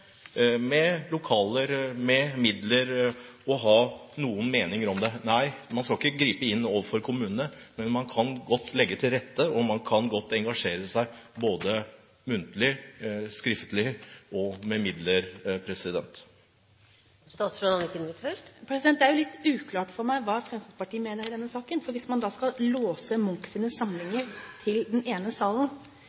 med lokaler, med midler og ha noen meninger om det. Nei, man skal ikke gripe inn overfor kommunene, men man kan godt legge til rette, og man kan godt engasjere seg både muntlig, skriftlig og med midler. Det er litt uklart for meg hva Fremskrittspartiet mener i denne saken. Hvis man skal låse